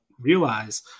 realize